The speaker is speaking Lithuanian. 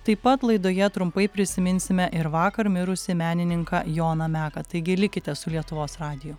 taip pat laidoje trumpai prisiminsime ir vakar mirusį menininką joną meką taigi likite su lietuvos radiju